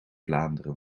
vlaanderen